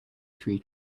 tree